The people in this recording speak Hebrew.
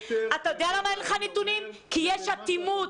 כי יש אטימות.